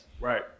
Right